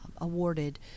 awarded